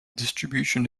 distribution